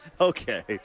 Okay